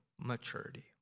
maturity